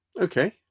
Okay